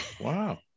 Wow